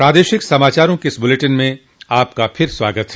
प्रादेशिक समाचारों के इस बुलेटिन में आपका फिर से स्वागत है